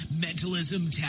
Mentalism